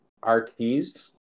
RTS